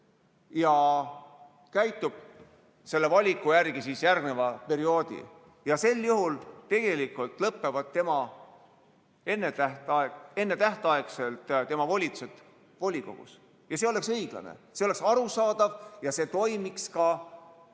ja käitub selle valiku järgi järgneva perioodi. Sel juhul lõpevad ennetähtaegselt tema volitused volikogus ja see oleks õiglane, see oleks arusaadav ja see toimiks ka selgelt